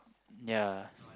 ya